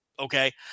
Okay